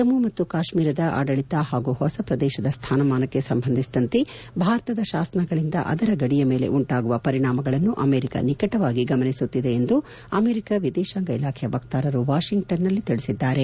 ಜಮ್ಮ ಮತ್ತು ಕಾಶ್ಮೀರದ ಆಡಳತ ಹಾಗೂ ಹೊಸ ಪ್ರದೇಶದ ಸ್ಥಾನಮಾನಕ್ಕೆ ಸಂಬಂಧಿಸಿದಂತೆ ಭಾರತದ ಶಾಸನಗಳಂದ ಅದರ ಗಡಿಯ ಮೇಲೆ ಉಂಟಾಗುವ ಪರಿಣಾಮಗಳನ್ನು ಅಮೆರಿಕ ನಿಕಟವಾಗಿ ಗಮನಿಸುತ್ತಿದೆ ಎಂದು ಅಮೆರಿಕ ವಿದೇಶಾಂಗ ಇಲಾಖೆಯ ವಕ್ತಾರರು ವಾಷಿಂಗ್ಟನ್ನಲ್ಲಿ ತಿಳಿಸಿದ್ದಾರೆ